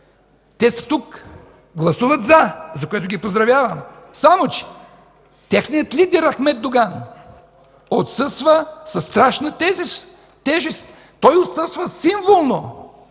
Те са тук, гласуват „за”, за което ги поздравявам, само че техният лидер Ахмед Доган отсъства със страшна тежест, той отсъства символно,